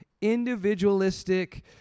individualistic